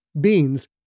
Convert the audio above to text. Beans